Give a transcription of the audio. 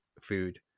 food